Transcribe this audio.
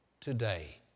today